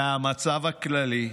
מהמצב הכללי.